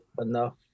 enough